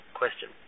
question